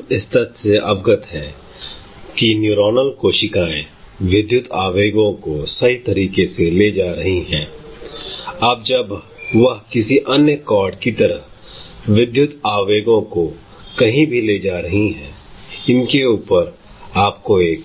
हम इस तथ्य से अवगत हैं कि न्यूरॉनल कोशिकाएं विद्युत आवेगो को सही तरीके से ले जा रही हैं I अब जब वह किसी अन्य CORD की तरह विद्युत आवेगो को कहीं भी ले जा रही है I इनके ऊपर आपको एक